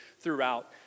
throughout